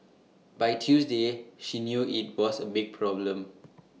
by Tuesday she knew IT was A big problem